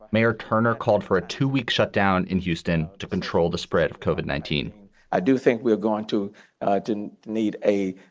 mayor turner called for a two week shutdown in houston to control the spread of covered nineteen point i do think we are going to didn't need a